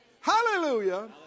Hallelujah